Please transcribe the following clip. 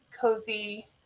Cozy